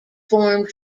formed